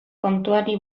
kontuari